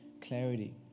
clarity